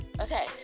Okay